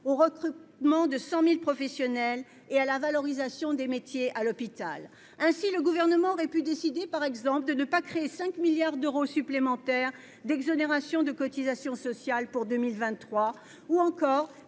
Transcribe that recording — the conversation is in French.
au recrutement de 100 000 professionnels et à la valorisation des métiers de l'hôpital. Le Gouvernement aurait pu décider, par exemple, de ne pas créer 5 milliards d'euros supplémentaires d'exonérations de cotisations sociales pour 2023, ou encore